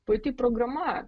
puiki programa